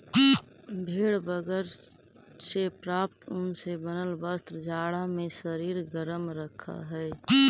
भेड़ बगैरह से प्राप्त ऊन से बनल वस्त्र जाड़ा में शरीर गरम रखऽ हई